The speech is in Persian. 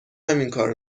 همینکارو